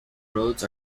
roads